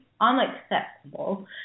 unacceptable